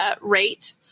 rate